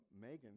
Megan